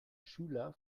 schüler